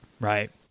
Right